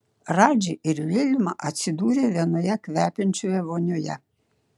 radži ir vilma atsidūrė vienoje kvepiančioje vonioje